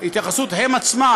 הם עצמם,